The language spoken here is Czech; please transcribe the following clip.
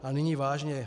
A nyní vážně.